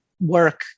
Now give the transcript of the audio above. work